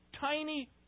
tiny